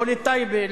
לא לטייבה,